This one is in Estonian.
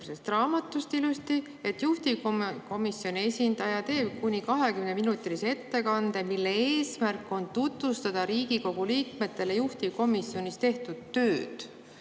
raamatust, et juhtivkomisjoni esindaja teeb kuni 20‑minutilise ettekande, mille eesmärk on tutvustada Riigikogu liikmetele juhtivkomisjonis tehtud tööd.